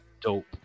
dope